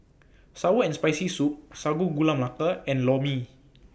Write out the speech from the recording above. Sour and Spicy Soup Sago Gula Melaka and Lor Mee